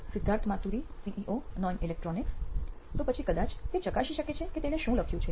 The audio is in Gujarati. સિદ્ધાર્થ માતુરી સીઇઓ નોઇન ઇલેક્ટ્રોનિક્સ તો પછી કદાચ તે ચકાસી શકે કે તેણે શું લખ્યું છે